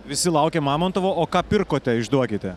visi laukia mamontovo o ką pirkote išduokite